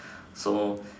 so